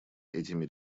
этими